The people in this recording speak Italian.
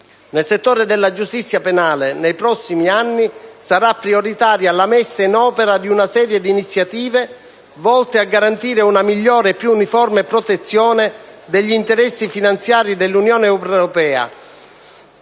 Nel settore della giustizia penale, nei prossimi anni sarà prioritaria la messa in opera di una serie di iniziative volte a garantire una migliore e più uniforme protezione degli interessi finanziari dell'Unione europea